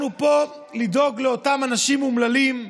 אנחנו פה לדאוג לאותם אנשים אומללים,